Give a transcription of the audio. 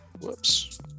Whoops